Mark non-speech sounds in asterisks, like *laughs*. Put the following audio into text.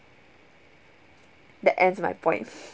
the ends my point *laughs*